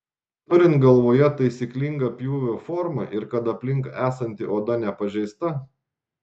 turint galvoje taisyklingą pjūvio formą ir kad aplink esanti oda nepažeista